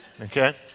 Okay